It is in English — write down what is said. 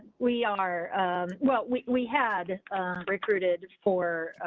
we are well, we had recruited for.